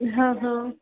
હ હ